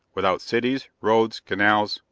without cities, roads, canals,